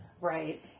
Right